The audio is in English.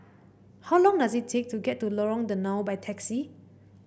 how long does it take to get to Lorong Danau by taxi